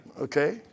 Okay